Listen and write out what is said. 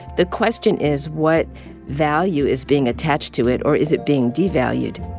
the question is, what value is being attached to it? or is it being devalued?